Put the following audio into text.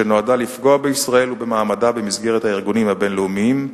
שנועדה לפגוע בישראל ובמעמדה במסגרת הארגונים הבין-לאומיים.